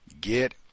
get